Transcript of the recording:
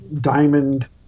diamond